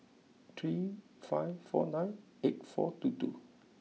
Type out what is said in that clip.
three five four nine eight four two two